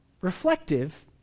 reflective